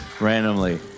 randomly